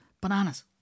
bananas